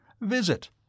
visit